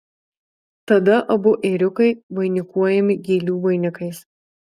tada abu ėriukai vainikuojami gėlių vainikais